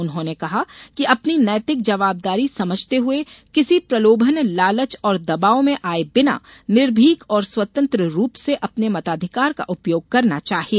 उन्होंने कहा कि अपनी नैतिक जवाबदारी समझते हुए किसी प्रलोभन लालच और दबाब में आये बिना निर्भीक और स्वतंत्र रूप से अपने मताधिकार का उपयोग करना चाहिए